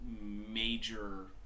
major